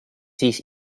siis